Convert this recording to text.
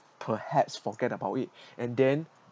perhaps forget about it and then